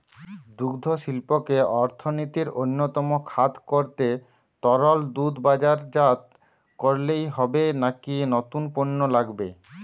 দুগ্ধশিল্পকে অর্থনীতির অন্যতম খাত করতে তরল দুধ বাজারজাত করলেই হবে নাকি নতুন পণ্য লাগবে?